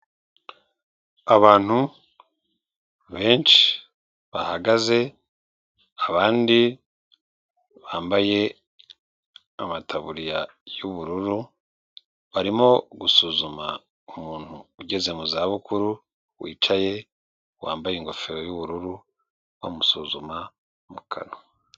Abantu benshi bahagaze abandi bambaye amataburiya y'ubururu, barimo gusuzuma umuntu ugeze mu zabukuru wicaye wambaye ingofero y'ubururu bamusuzuma mu kanwa.